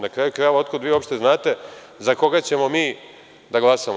Na kraju krajeva, otkud vi uopšte znate za koga ćemo mi da glasamo.